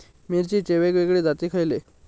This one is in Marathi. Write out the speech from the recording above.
मिरचीचे वेगवेगळे जाती खयले?